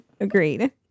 agreed